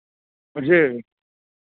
जी